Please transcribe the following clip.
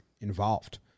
involved